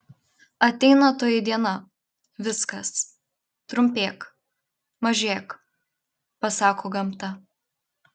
ateina toji diena viskas trumpėk mažėk pasako gamta